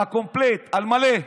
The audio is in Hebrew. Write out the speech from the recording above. בקומפלט, על מלא.